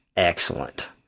Excellent